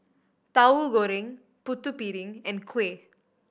Tauhu Goreng Putu Piring and kuih